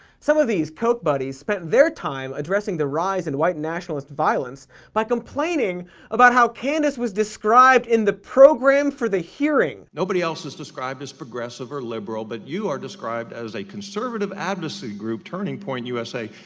some of these koch buddies spent their time addressing the rise in white nationalist violence by complaining about how candace was described in the program for the hearing. buck nobody else is described as progressive or liberal, but you are described as a conservative. advocacy group turning point usa,